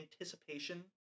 anticipation